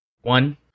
one